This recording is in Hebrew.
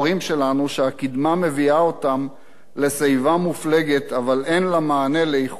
שהקדמה מביאה אותם לשיבה מופלגת אבל אין לה מענה לאיכות חייהם,